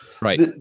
right